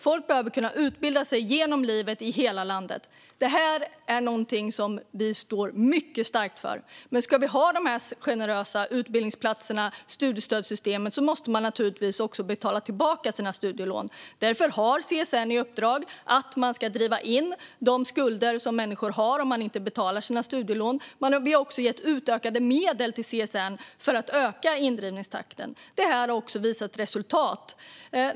Folk behöver kunna utbilda sig livet igenom och i hela landet. Det här är någonting som vi står för mycket starkt. Men ska vi ha de här generösa utbildningsplatserna och studiestödssystemet måste man naturligtvis också betala tillbaka sina studielån. Därför har CSN i uppdrag att driva in de skulder som människor har om de inte betalar sina studielån. Vi har också gett utökade medel till CSN för att öka indrivningstakten. Det har visat resultat.